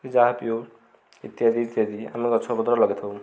ଯାହାବି ହଉ ଇତ୍ୟାଦି ଇତ୍ୟାଦି ଆମେ ଗଛପତ୍ର ଲଗାଇଥାଉ